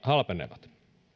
halpenevat